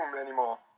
anymore